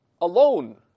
alone